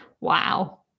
Wow